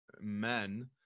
men